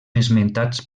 esmentats